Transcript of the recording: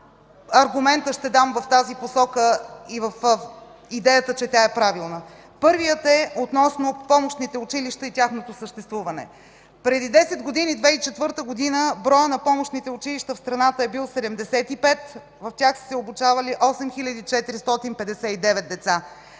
аргумента ще дам в посока, че тази идея е правилна. Първият е относно помощните училища и тяхното съществуване. Преди десет години – 2004 г., броят на помощните училища в страната е бил 75, в тях са се обучавали 8459 деца.